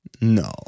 no